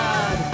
God